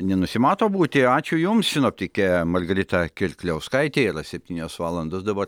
nenusimato būti ačiū jums sinoptike margarita kirkliauskaite yra septynios valandos dabar